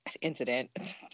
incident